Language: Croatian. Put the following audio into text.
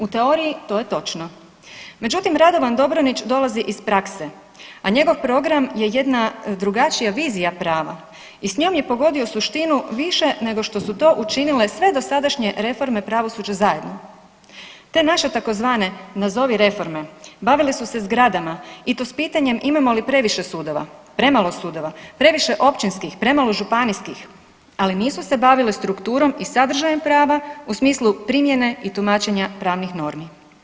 U teoriji to je točno, međutim Radovan Dobronić dolazi iz prakse, a njegov program je jedna drugačija vizija prava i s njom je pogodio suštinu više nego što su to učinile sve dosadašnje reforme pravosuđa zajedno. te naše tzv. nazovi reforme bavile su se zgradama i to s pitanjem imamo li previše sudova, premalo sudova, previše općinskih, premalo županijskih, ali nisu se bavile strukturom i sadržajem prava u smislu primjene i tumačenja pravnih normi.